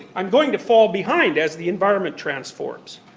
i'm going to fall behind as the environment transforms.